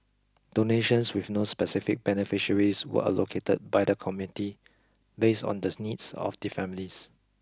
donations with no specific beneficiaries were allocated by the committee based on the needs of the families